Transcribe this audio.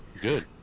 good